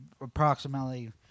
approximately